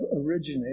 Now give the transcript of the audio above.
originated